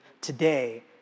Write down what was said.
today